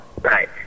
Right